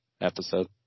episode